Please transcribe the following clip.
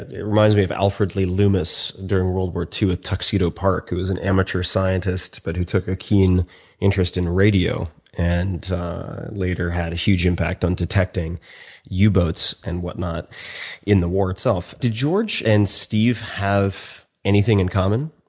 it reminds me of alfred lee loomis during world war ii with tuxedo park, who was an amateur scientist but who took a keen interest in radio and later had a huge impact on detecting yeah u-boats and whatnot in the war itself. did george and steve have anything in common,